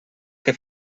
que